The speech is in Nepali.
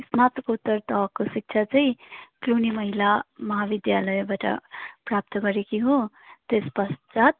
स्नातकोत्तर तहको शिक्षा चाहिँ क्लुनी महिला महाविद्यालयबट प्राप्त गरेकी हो तेसपश्चात